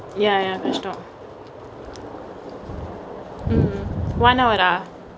ya ya கஷ்டம்:kashtam mm one hour ரா:raa